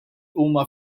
huma